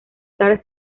star